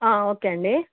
okay అండి